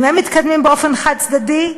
אם הם מתקדמים באופן חד-צדדי,